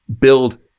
build